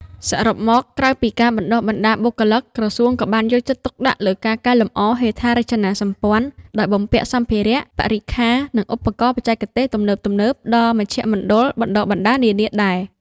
សរុបមក ក្រៅពីការបណ្តុះបណ្តាលបុគ្គលិក ក្រសួងក៏បានយកចិត្តទុកដាក់លើ ការកែលម្អហេដ្ឋារចនាសម្ព័ន្ធ ដោយបំពាក់សម្ភារៈ បរិក្ខារ និងឧបករណ៍បច្ចេកទេសទំនើបៗដល់មជ្ឈមណ្ឌលបណ្តុះបណ្តាលនានាដែរ។